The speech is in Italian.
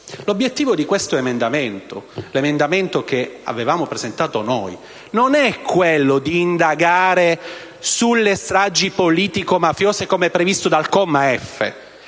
L'obiettivo di questo emendamento (dell'emendamento che avevamo presentato noi) non è quello di indagare sulle stragi politico-mafiose come previsto dal comma